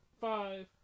five